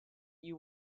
you